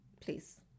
Please